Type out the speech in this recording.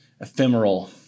ephemeral